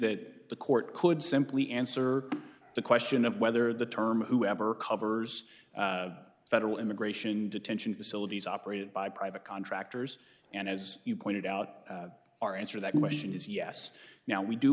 that the court could simply answer the question of whether the term whoever covers federal immigration detention facilities operated by private contractors and as you pointed out our answer that question is yes now we do